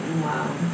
wow